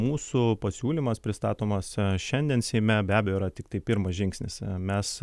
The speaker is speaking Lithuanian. mūsų pasiūlymas pristatomas šiandien seime be abejo yra tiktai pirmas žingsnis mes